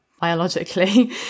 Biologically